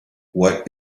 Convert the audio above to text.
what